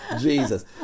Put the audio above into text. Jesus